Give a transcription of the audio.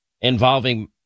involving